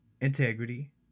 integrity